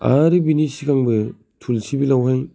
आरो बिनि सिगांबो थुलसिबिल आव हाय